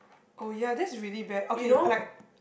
oh ya that's really bad okay like